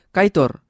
Kaitor